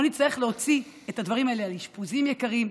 לא נצטרך להוציא את הדברים האלה על אשפוזים יקרים,